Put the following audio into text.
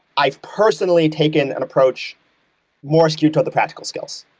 i've personally taken an approach more skewed toward the practical skills.